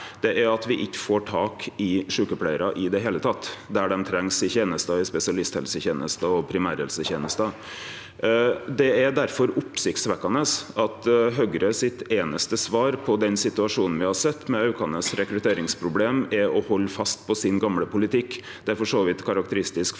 er at me ikkje får tak i sjukepleiarar i det heile der dei trengst, i spesialisthelsetenesta og i primærhelsetenesta. Det er difor oppsiktsvekkjande at Høgre sitt einaste svar på den situasjonen me har sett med aukande rekrutteringsproblem, er å halde fast på sin gamle politikk. Det er for så vidt karakteristisk